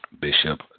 Bishop